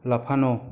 লাফানো